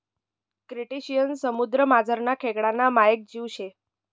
crustacean समुद्रमझारना खेकडाना मायेक जीव शे